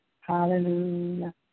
Hallelujah